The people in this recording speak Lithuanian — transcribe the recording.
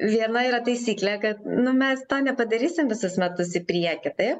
viena yra taisyklė kad nu mes to nepadarysim visus metus į priekį taip